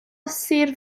sir